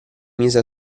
mise